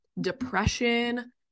depression